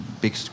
big